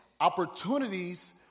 opportunities